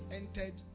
entered